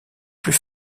plus